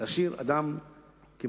להשאיר אדם כמעט,